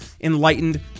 enlightened